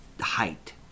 height